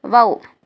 wow